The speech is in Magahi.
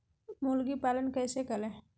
मुर्गी पालन कैसे करें?